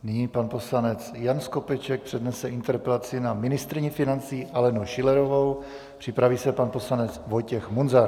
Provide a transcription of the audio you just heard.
Nyní pan poslanec Jan Skopeček přednese interpelaci na ministryni financí Alenu Schillerovou, připraví se pan poslanec Vojtěch Munzar.